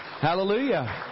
Hallelujah